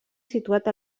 situat